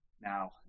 Now